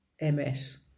MS